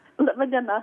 laba diena